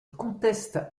conteste